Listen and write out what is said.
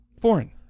Foreign